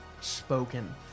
spoken